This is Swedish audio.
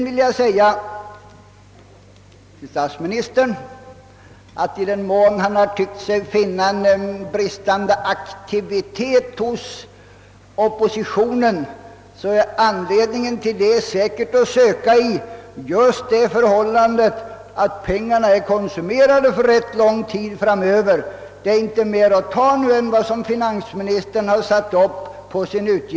Till statsministern vill jag säga att i den mån han tyckt sig finna bristande aktivitet hos oppositionen beror detta säkerligen på just det förhållandet att pengarna redan är konsumerade för rätt lång tid framöver. Sedan finansministern gjort upp sin utgiftssida finns inte mera att ta.